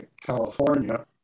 California